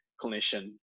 clinician